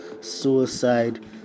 suicide